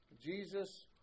Jesus